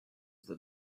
that